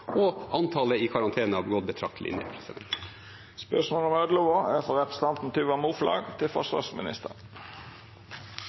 og antallet i karantene har gått betraktelig ned.